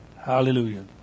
Hallelujah